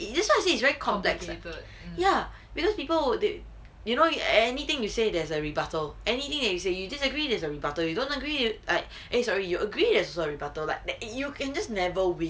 that's why I say it's very complex leh ya because people would they did you know you anything you say there's a rebuttal anything that you say you disagree there's a rebuttal you don't agree I eh sorry you agree there's also rebuttal that that you can just never win